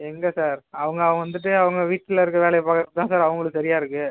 எங்கள் சார் அவங்க வந்துவிட்டு அவங்க வீட்டில் இருக்க வேலையை பார்க்கறதுக்கு தான் சார் அவங்களுக்கு சரியாக இருக்கு